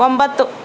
ಒಂಬತ್ತು